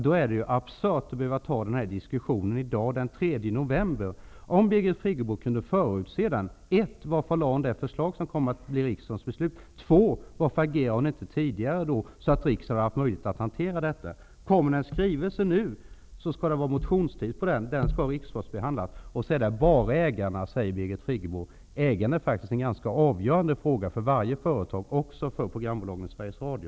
Då är det absurt att behöva föra den här diskussionen i dag den 3 november. Om Birgit Friggebo kunde förutse denna diskussion, varför lade hon då fram det förslag som kom att bli riksdagens beslut? Varför agerade hon inte tidigare, så att riksdagen hade haft möjlighet att hantera frågan? Kommer det en skrivelse nu, skall det vara en motionstid på den. Den skall sedan behandlas av riksdagen. Nu återstår bara ägarfrågan, säger Birgit Friggebo. Ägarfrågan är faktiskt en avgörande fråga för varje företag, också för programbolagen Sveriges Radio.